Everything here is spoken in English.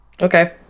Okay